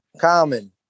common